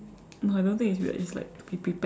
no I don't think it's weird it's like to be prepared